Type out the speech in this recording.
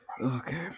Okay